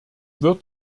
wird